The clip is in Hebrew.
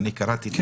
אני קראתי את